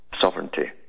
sovereignty